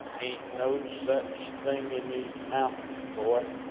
ain't no such thing in these mountains, boy.